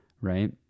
right